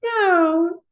No